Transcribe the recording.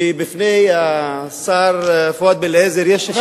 שבפני השר פואד בן-אליעזר יש שתי,